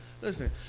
listen